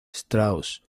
strauss